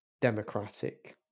Democratic